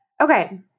Okay